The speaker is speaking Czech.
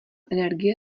energie